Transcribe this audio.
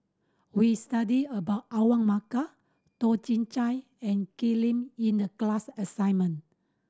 we studied about Awang Bakar Toh Chin Chye and Ken Lim in the class assignment